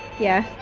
yeah,